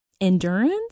endurance